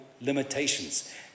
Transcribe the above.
limitations